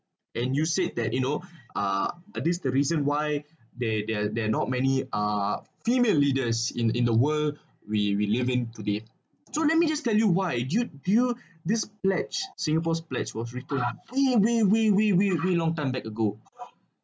and you said that you know uh these the reason why they they're they're not many uh female leaders in in the world we we live in today so let me just tell you why do you do you this pledge singapore's pledge was written very very very very very very long time back ago